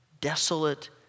desolate